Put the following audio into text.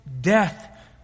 death